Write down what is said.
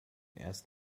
erst